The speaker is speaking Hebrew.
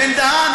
בן-דהן,